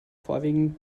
vorwiegend